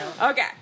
Okay